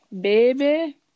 baby